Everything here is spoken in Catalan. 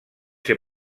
ser